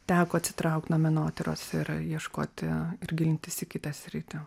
teko atsitraukt nuo menotyros ir ieškoti ir gilintis į kitą sritį